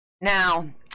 Now